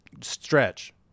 stretch